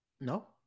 No